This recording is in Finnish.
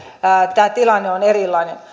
tämä tilanne on erilainen